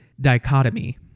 dichotomy